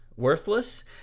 worthless